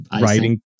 Writing